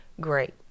Great